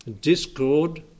discord